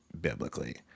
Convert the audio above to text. biblically